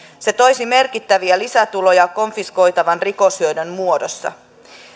se toisi merkittäviä lisätuloja konfiskoitavan rikoshyödyn muodossa